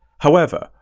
however,